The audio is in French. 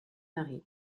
mary